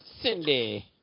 Cindy